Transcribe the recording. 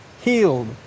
healed